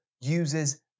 uses